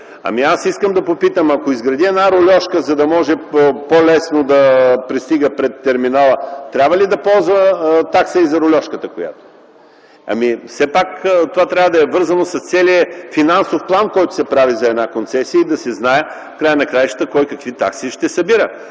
Аз искам да попитам: ако изгради една рульожка, за да може по-лесно да пристига пред терминала, трябва ли да ползва такса и за рульожката? Все пак това трябва да е вързано с целия финансов план, който се прави за една концесия и да се знае в края на краищата кой какви такси ще събира.